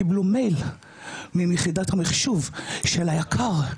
קיבלו מייל מיחידת המחשוב של היק"ר,